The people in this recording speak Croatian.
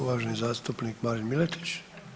Uvaženi zastupnik Marin Miletić.